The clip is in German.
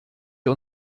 ihr